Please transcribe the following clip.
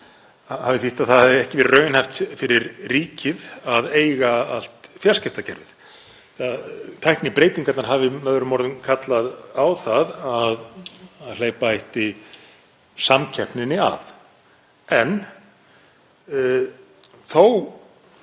hafi þýtt að það hafi ekki verið raunhæft fyrir ríkið að eiga allt fjarskiptakerfið. Tæknibreytingarnar hafi með öðrum orðum kallað á það að hleypa ætti samkeppninni að. Þó